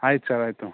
ಆಯ್ತು ಸರ್ ಆಯಿತು